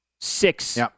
Six